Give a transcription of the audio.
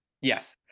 Yes